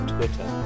Twitter